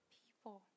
people